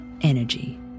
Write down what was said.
energy